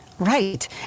Right